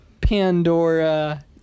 Pandora